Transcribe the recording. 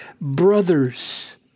brothers